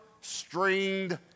stringed